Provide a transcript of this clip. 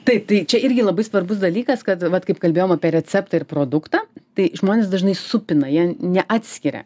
taip tai čia irgi labai svarbus dalykas kad vat kaip kalbėjom apie receptą ir produktą tai žmonės dažnai supina jie neatskiria